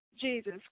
Jesus